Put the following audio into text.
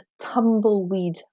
tumbleweed